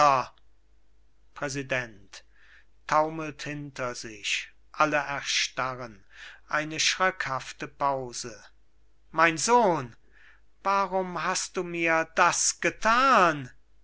alle erstarren eine schreckhafte pause mein sohn warum hast du mir das gethan